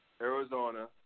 Arizona